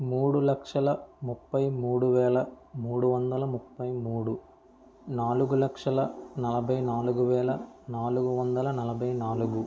మూడు లక్షల ముప్పై మూడు వేల మూడు వందల ముప్పై మూడు నాలుగు లక్షల నలభై నాలుగు వేల నాలుగు వందల నలభై నాలుగు